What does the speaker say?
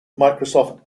microsoft